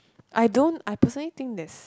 I don't I personally think there's